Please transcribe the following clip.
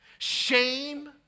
Shame